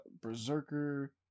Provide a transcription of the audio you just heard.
Berserker